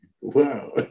wow